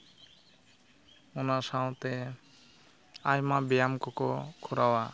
ᱚᱱᱟ ᱥᱟᱶᱛᱮ ᱟᱭᱢᱟ ᱵᱮᱭᱟᱢ ᱠᱚᱠᱚ ᱠᱚᱨᱟᱣᱟ